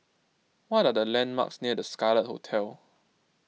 what are the landmarks near the Scarlet Hotel